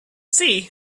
sea